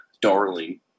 darling